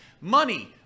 Money